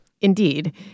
Indeed